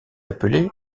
appelée